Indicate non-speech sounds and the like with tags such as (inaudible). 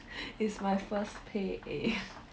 (laughs) it's my first pay eh